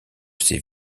ses